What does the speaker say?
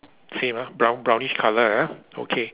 same ah brown brownish colour ah okay